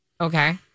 Okay